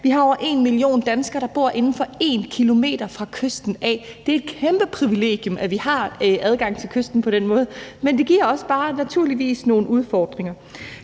Vi har over en million danskere, der bor inden for 1 km fra kysten. Det er et kæmpe privilegium, at vi har adgang til kysten på den måde, men det giver naturligvis også bare nogle udfordringer.